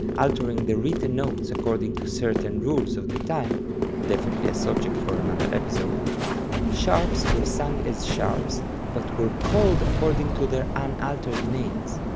altering the written notes according to certain rules of the time definitely a subject for another episode sharps were sung as sharps but were called according to their unaltered names.